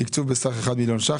תקצוב בסך מיליון ש"ח.